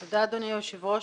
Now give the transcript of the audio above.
אדוני היושב ראש,